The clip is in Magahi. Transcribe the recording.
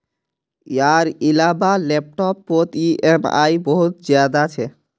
यार इलाबा लैपटॉप पोत ई ऍम आई बहुत ज्यादा छे